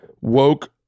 woke